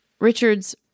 Richard's